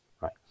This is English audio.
right